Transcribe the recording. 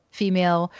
female